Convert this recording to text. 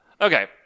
Okay